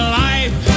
life